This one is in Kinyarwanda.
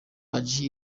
paji